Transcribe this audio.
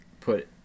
put